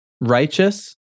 righteous